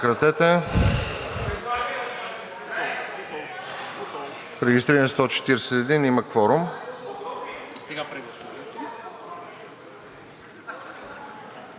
Регистрирани 141. Има кворум.